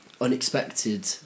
unexpected